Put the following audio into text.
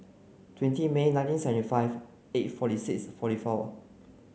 twenty May nineteen seventy five eight forty six forty four